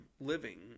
living